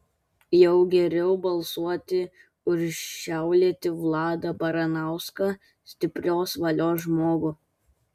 jau geriau balsuoti už šiaulietį vladą baranauską stiprios valios žmogų